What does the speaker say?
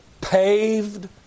paved